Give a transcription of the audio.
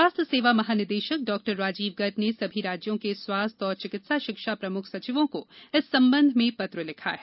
स्वास्थ्य सेवा महानिदेशक डॉक्टर राजीव गर्ग ने सभी राज्यों के स्वास्थ्य और चिकित्सा शिक्षा प्रमुख सचियों को इस संबंध में पत्र लिखा है